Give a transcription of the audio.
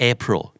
April